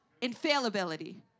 infallibility